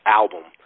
album